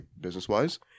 business-wise